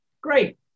Great